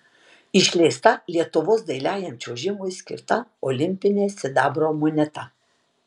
išleista lietuvos dailiajam čiuožimui skirta olimpinė sidabro moneta